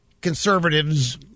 conservatives